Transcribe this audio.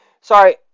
Sorry